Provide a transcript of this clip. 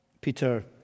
Peter